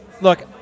look